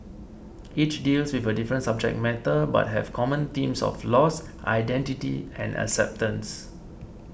each deals with a different subject matter but have common themes of loss identity and acceptance